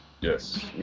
Yes